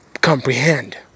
comprehend